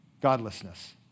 godlessness